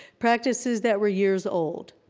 practices that were years old.